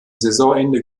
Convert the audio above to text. saisonende